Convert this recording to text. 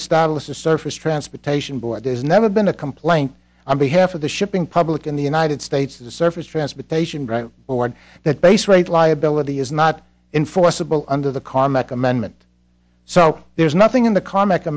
established the surface transportation board there's never been a complaint and behalf of the shipping public in the united states the surface transportation board that base rate liability is not enforceable under the comic amendment so there's nothing in the comic